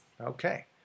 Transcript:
Okay